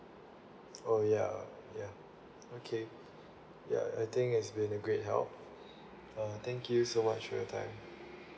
oh ya ya okay ya I think it's been a great help uh thank you so much for your time